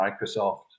Microsoft